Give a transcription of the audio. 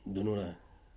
don't know lah